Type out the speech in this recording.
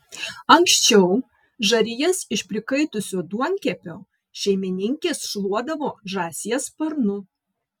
anksčiau žarijas iš prikaitusio duonkepio šeimininkės šluodavo žąsies sparnu